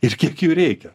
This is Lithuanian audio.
ir kiek jų reikia